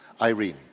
Irene